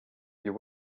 you